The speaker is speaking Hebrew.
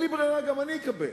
אין לי ברירה, גם אני אקבל.